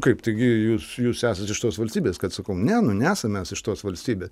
kaip taigi jūs jūs esat iš tos valstybės kad sakau ne nu nesam mes iš tos valstybės